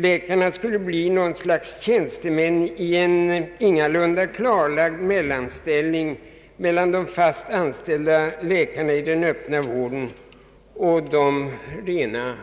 Läkarna skulle bli något slags tjänstemän i en ingalunda klarlagd mellanställning mellan de fast anställda läkarna i den öppna vården och de rent